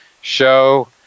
show